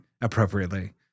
appropriately